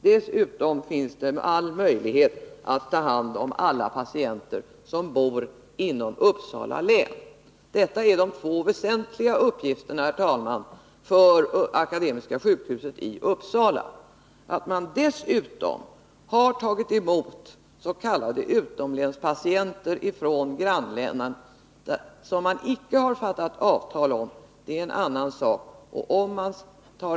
Dessutom finns det all möjlighet att ta hand om alla patienter som bor inom Uppsala län. Detta är de två väsentliga uppgifterna, herr talman, för Akademiska sjukhuset i Uppsala. Dessutom har man tagit emot s.k. utomlänspatienter från grannlänen, som man icke har slutit avtal om att ta emot — det är den andra kategorin utomlänspatienter.